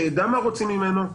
שיידע מה רוצים ממנו,